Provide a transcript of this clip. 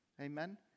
Amen